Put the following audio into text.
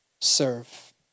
serve